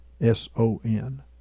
S-O-N